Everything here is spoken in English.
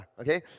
Okay